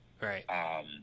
Right